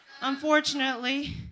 unfortunately